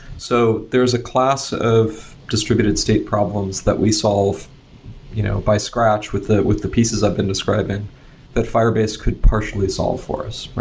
so there's a class of distributed state problems that we solve you know by scratch with the with the pieces i've been describing that firebase could partially solve for us.